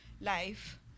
life